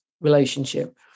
relationship